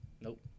Nope